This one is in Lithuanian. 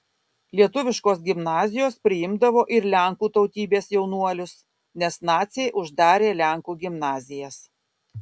lietuviškos gimnazijos priimdavo ir lenkų tautybės jaunuolius nes naciai uždarė lenkų gimnazijas